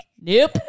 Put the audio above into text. nope